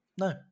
No